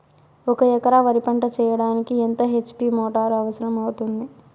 ఒక ఎకరా వరి పంట చెయ్యడానికి ఎంత హెచ్.పి మోటారు అవసరం అవుతుంది?